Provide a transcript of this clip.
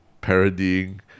parodying